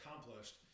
accomplished